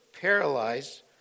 paralyzed